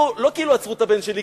לא כאילו עצרו את הבן שלי,